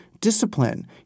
discipline